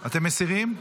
אתם מסירים?